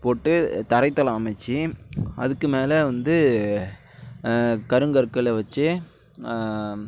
போட்டு தரைத்தளம் அமைச்சு அதுக்கு மேலே வந்து கருங்கற்களை வச்சு